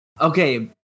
Okay